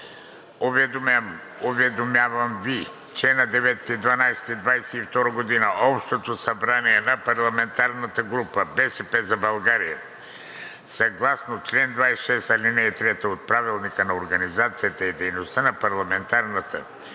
„Уведомявам Ви, че на 9 декември 2022 г. Общото събрание на парламентарната група „БСП за България“ съгласно чл. 26, ал. 3 от Правилника за организацията и дейността на парламентарната